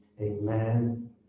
Amen